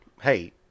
hey